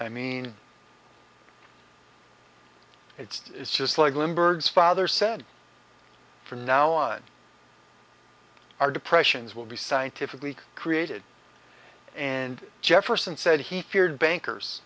mean it's just like bloomberg father said from now on our depressions will be scientifically created and jefferson said he feared bankers